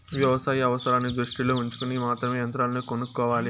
వ్యవసాయ అవసరాన్ని దృష్టిలో ఉంచుకొని మాత్రమే యంత్రాలను కొనుక్కోవాలి